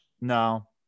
no